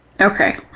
Okay